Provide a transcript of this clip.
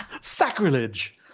sacrilege